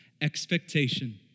expectation